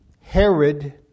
Herod